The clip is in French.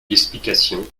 l’explication